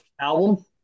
Album